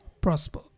prosper